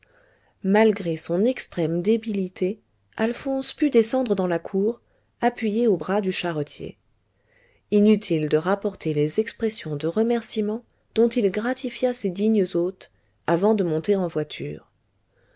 malgré son extrême débilité alphonse put descendre dans la cour appuyé au bras du charretier inutile de rapporter les expressions de remercîment dont il gratifia ses dignes hôtes avant de monter en voiture